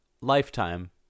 lifetime